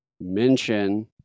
mention